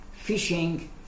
Fishing